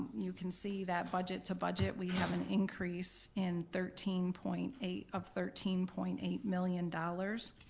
you can see that budget to budget, we have an increase in thirteen point eight of thirteen point eight million dollars.